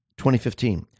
2015